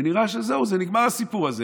ונראה שזהו, נגמר הסיפור הזה.